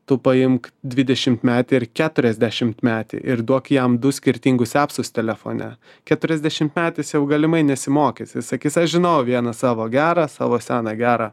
tu paimk dvidešimtmetį ir keturiasdešimtmetį ir duok jam du skirtingų epsus telefone keturiasdešimtmetis jau galimai nesimokys jis sakys aš žinau vieną savo gerą savo seną gerą